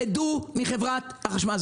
רדו מחברת החשמל.